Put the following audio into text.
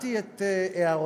שמעתי את הערותיך,